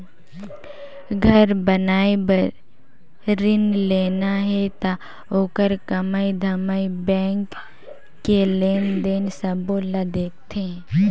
घर बनाए बर रिन लेना हे त ओखर कमई धमई बैंक के लेन देन सबो ल देखथें